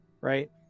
right